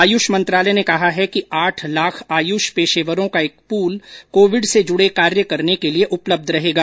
आयुष मंत्रालय ने कहा है कि आठ लाख आयुष पेशेवरों का एक पूल कोविड से जुडे कार्य करने के लिए उपलब्ध रहेगा